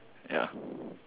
ya